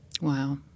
Wow